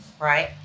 Right